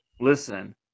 listen